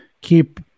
keep